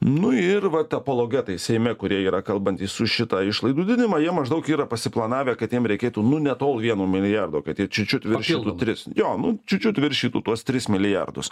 nu ir vat apologetai seime kurie yra kalbantys už šitą išlaidų didinimą jie maždaug yra pasiplanavę kad jiem reikėtų nu ne tol vieno milijardo kad jie čiut čiut viršytų tris jo nu čiut čiut viršytų tuos tris milijardus